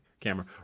camera